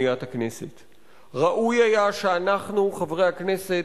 מלוא העולם טרור, ומלוא העולם גם מאבק בטרור.